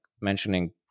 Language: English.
mentioning